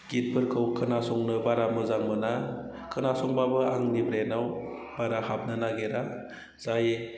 गिटफोरखौ खोनासंनो बारा मोजां मोना खोनासंब्लाबो आंनि ब्रेनाव बारा हाबनो नागिरा जायो